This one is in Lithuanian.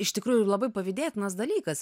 iš tikrųjų ir labai pavydėtinas dalykas